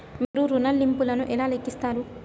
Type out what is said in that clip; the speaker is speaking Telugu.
మీరు ఋణ ల్లింపులను ఎలా లెక్కిస్తారు?